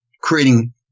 Creating